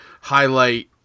highlight